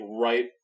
right